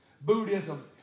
Buddhism